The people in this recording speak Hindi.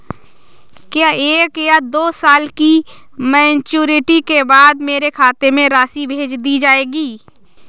क्या एक या दो साल की मैच्योरिटी के बाद मेरे खाते में राशि भेज दी जाएगी?